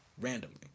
randomly